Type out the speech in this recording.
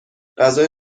غذای